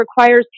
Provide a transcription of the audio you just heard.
requires